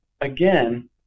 again